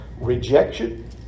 rejection